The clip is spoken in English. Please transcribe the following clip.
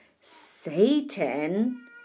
Satan